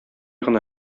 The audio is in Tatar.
гына